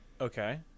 Okay